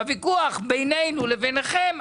שבוויכוח בינינו לבינכם,